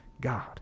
God